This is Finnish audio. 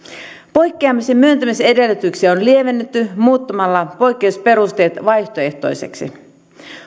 poikkeamisen myöntämisen edellytyksiä on lievennetty muuttamalla poikkeusperusteet vaihtoehtoisiksi